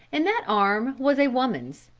and that arm was a woman's.